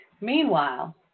Meanwhile